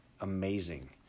amazing